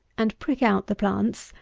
and prick out the plants,